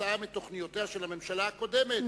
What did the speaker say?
כתוצאה מתוכניותיה של הממשלה הקודמת,